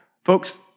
Folks